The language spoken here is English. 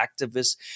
activists